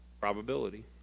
Probability